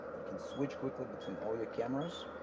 you can switch quickly between all your cameras